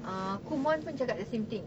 uh Kumon pun cakap the same thing